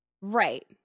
Right